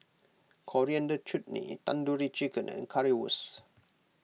Coriander Chutney Tandoori Chicken and Currywurst